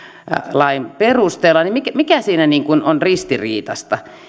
lain perusteella että mikä siinä niin kuin on ristiriitaista